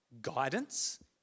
guidance